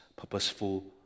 purposeful